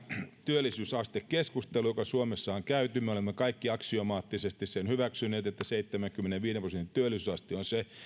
työllisyysastekeskusteluun jota suomessa on käyty me olemme kaikki aksiomaattisesti hyväksyneet sen että seitsemänkymmenenviiden prosentin työllisyysaste on se